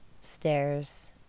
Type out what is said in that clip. stairs